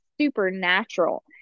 supernatural